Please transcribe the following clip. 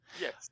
Yes